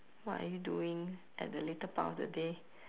what are you doing at the later part of the day